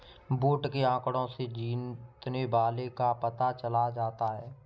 vote के आंकड़ों से जीतने वाले का पता चल जाता है